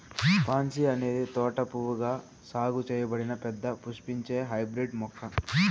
pansy అనేది తోట పువ్వుగా సాగు చేయబడిన పెద్ద పుష్పించే హైబ్రిడ్ మొక్క